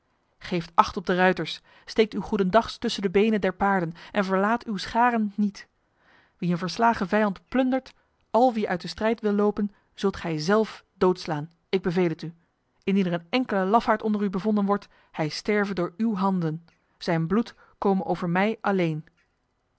geeft acht op de ruiters steekt uw goedendags tussen de benen der paarden en verlaat uw scharen niet wie een verslagen vijand plundert al wie uit de strijd wil lopen zult gij zelf doodslaan ik beveel het u indien er een enkele lafaard onder u bevonden wordt hij sterve door uw handen zijn bloed kome over mij alleen